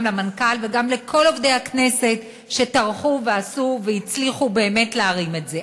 גם למנכ"ל וגם לכל עובדי הכנסת שטרחו ועשו והצליחו באמת להרים את זה.